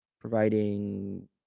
Providing